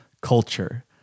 Culture